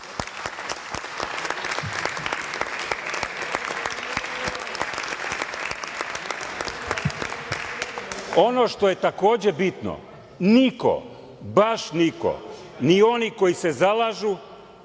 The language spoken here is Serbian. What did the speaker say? što je takođe bitno, niko baš niko, ni oni koji se zalažu,